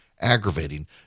Aggravating